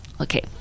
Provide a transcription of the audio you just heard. Okay